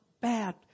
bad